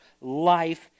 life